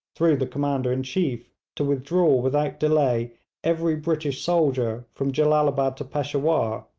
through the commander-in-chief, to withdraw without delay every british soldier from jellalabad to peshawur,